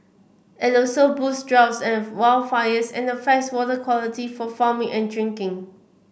it also boosts droughts and wildfires and affects water quality for farming and drinking